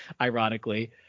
ironically